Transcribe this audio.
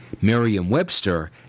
Merriam-Webster